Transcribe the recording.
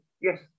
yes